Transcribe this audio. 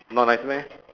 not nice meh